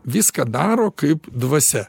viską daro kaip dvasia